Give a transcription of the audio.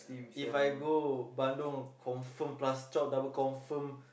If I go Bandung confirm plus chop double confirm